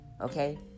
Okay